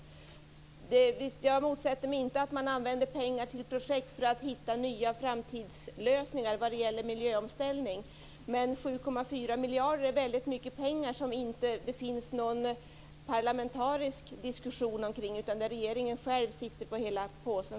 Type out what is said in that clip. Jag motsätter mig inte att man använder pengar till projekt för att hitta nya framtidslösningar vad gäller miljöomställning, men 7,4 miljarder är väldigt mycket pengar som det inte finns någon parlamentarisk diskussion kring, utan där regeringen själv sitter på hela påsen.